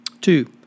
Two